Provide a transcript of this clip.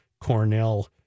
Cornell